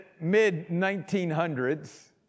mid-1900s